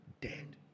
dead